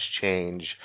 change